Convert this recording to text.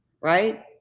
right